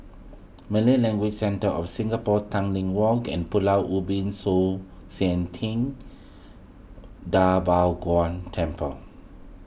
Malay Language Centre of Singapore Tanglin Walk and Pulau Ubin Shan Ting Da Bo Gong Temple